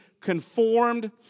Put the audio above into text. conformed